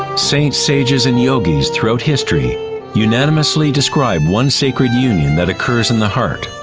sages sages and yogis throughout history unanimously describe one sacred union that occurs in the heart.